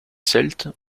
celtes